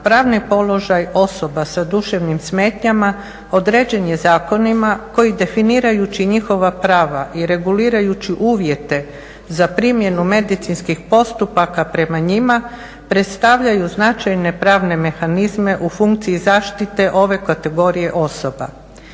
pravni položaj osoba sa duševnim smetnjama određen je zakonima koji definirajući njihova prava i regulirajući uvjete za primjenu medicinskih postupaka prema njima predstavljaju značajne pravne mehanizme u funkciji zaštite ove kategorije osoba.